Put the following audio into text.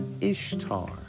Ishtar